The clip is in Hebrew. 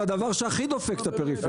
זה הדבר שהכי דופק את הפריפריה.